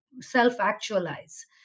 self-actualize